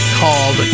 called